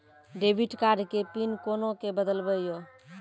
Debit card के pin कोना के बदलबै यो?